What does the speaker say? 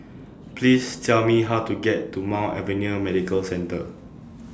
Please Tell Me How to get to Mount Alvernia Medical Centre